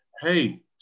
Hey